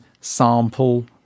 sample